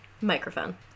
microphone